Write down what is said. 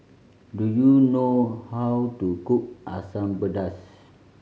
do you know how to cook Asam Pedas